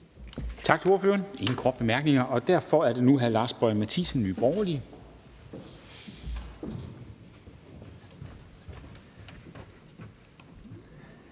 Tak til ordføreren. Der er ingen korte bemærkninger, og derfor er det nu hr. Lars Boje Mathiesen, Nye Borgerlige.